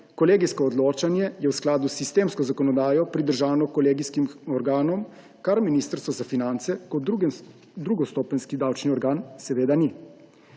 Kolegijsko odločanje je v skladu s sistemsko zakonodajo pridržano kolegijskim organom, kar Ministrstvo za finance kot drugostopenjski davčni organ seveda ni.